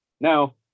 Now